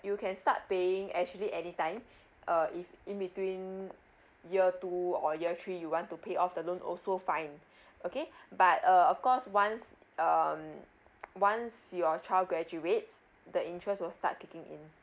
you can start paying actually any time uh in in between year two or year three you want to pay off the loan also fine okay but uh of course once um once your child graduates the interest will start kicking in